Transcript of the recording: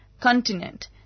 continent